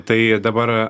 tai dabar